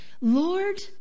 Lord